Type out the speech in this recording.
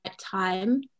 time